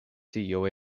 tio